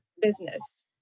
business